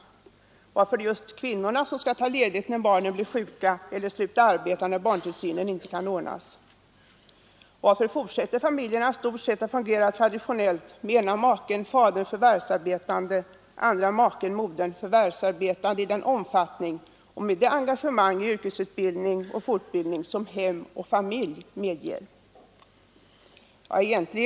Varför är det självklart att just kvinnorna skall ta ledigt när barnen blir sjuka eller att just de skall sluta arbeta när barntillsynen inte kan ordnas? Varför fortsätter familjerna i stort sett att fungera traditionellt med ena maken — fadern — förvärvsarbetande och andra maken — modern — förvärvsarbetande i den utsträckning och med de engagemang i yrkesutbildning och fortbildning som hem och familj medger?